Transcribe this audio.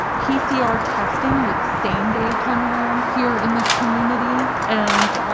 pcr testing with same-day turn around here in this community, and